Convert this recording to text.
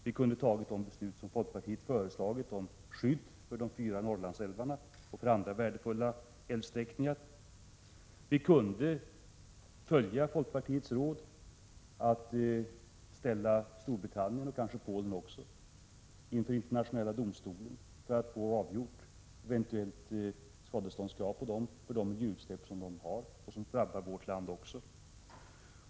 Vi kunde ha fattat det beslut som folkpartiet föreslagit om skydd för de fyra Norrlandsälvarna och för andra värdefulla älvsträckor. Vi kunde följa folkpartiets råd och ställa Storbritannien och kanske också Polen inför Internationella domstolen, för att få avgjort om vi kan få skadestånd för de utsläpp som kommer från dessa länder och som drabbar Sverige.